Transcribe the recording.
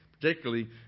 Particularly